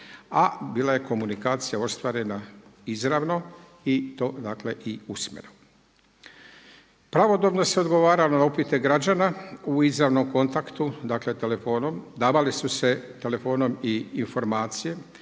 a bila je komunikacija ostvarena izravno i to dakle i usmeno. Pravodobno se odgovaralo na upite građana u izravnom kontaktu, dakle telefonom, davali su se telefonom i informacije